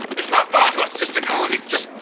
it's not far to our sister colony, just,